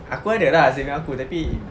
aku ada lah saving aku tapi